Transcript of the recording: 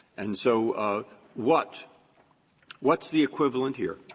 and so what what's the equivalent here?